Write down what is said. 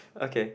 okay